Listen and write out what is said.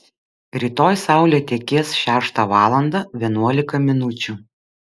rytoj saulė tekės šeštą valandą vienuolika minučių